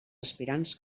aspirants